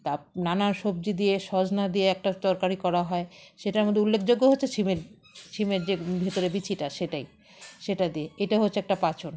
তা নানান সবজি দিয়ে সজনা দিয়ে একটা তরকারি করা হয় সেটার মধ্যে উল্লেখযোগ্য হচ্ছে সিমের সিমের যে ভেতরে বিচিটা সেটাই সেটা দিয়ে এটা হচ্ছে একটা পাঁচন